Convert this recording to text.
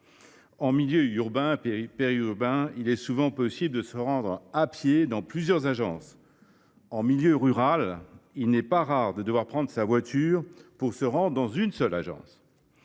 En milieu urbain ou périurbain, il est ainsi souvent possible de se rendre, à pied, dans plusieurs agences. En milieu rural, il n’est au contraire pas rare de devoir prendre sa voiture pour se rendre dans une seule d’entre